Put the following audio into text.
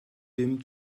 bum